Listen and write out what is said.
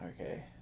okay